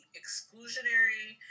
exclusionary